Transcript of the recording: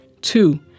Two